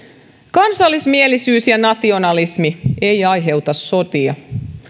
kansallismielisyys ja nationalismi eivät aiheuta sotia